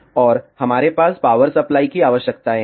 और हमारे पास पावर सप्लाई की आवश्यकताएं हैं